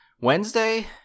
Wednesday